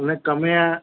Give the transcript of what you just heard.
ને તમે